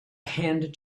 hand